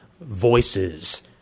voices